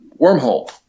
wormhole